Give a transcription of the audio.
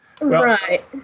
Right